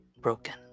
broken